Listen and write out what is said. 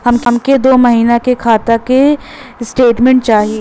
हमके दो महीना के खाता के स्टेटमेंट चाही?